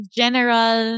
general